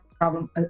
problem